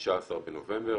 ב-11 בנובמבר,